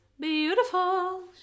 Beautiful